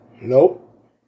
Nope